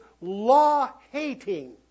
law-hating